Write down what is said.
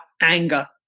anger